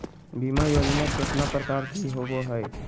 बीमा योजना केतना प्रकार के हई हई?